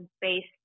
based